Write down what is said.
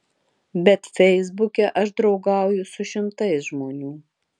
bet feisbuke aš draugauju su šimtais žmonių